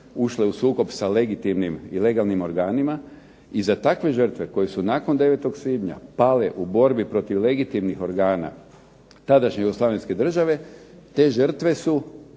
ušle u sukob sa legitimnim i legalnim organima, i za takve žrtve koje su nakon 9. svibnja pale u borbi protiv legitimnih organa, tadašnje jugoslavenske države, te žrtve su